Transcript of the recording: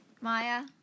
Maya